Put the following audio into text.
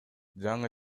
жаңы